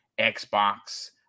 Xbox